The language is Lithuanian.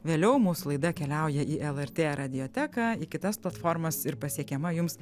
vėliau mūsų laida keliauja į lrt radijoteką į kitas platformas ir pasiekiama jums